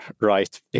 right